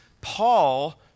Paul